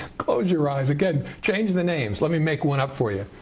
close your eyes. again, change the names. let me make one up for you.